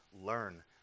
learn